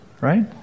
right